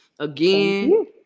Again